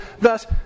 Thus